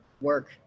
work